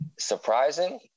Surprising